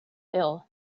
ill